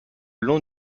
long